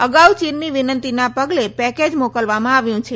અગાઉ ચીનની વિનંતીના પગલે પેકેજ મોકલવામાં આવ્યું છે